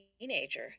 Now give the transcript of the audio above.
teenager